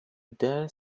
dare